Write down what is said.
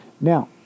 Now